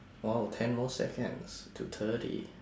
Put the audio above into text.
!wow! ten more seconds to thirty